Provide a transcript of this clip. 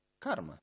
Karma